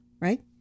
right